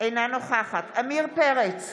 אינה נוכחת עמיר פרץ,